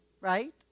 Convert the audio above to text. right